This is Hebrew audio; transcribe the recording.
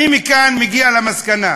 אני מכאן מגיע למסקנה,